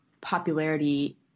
popularity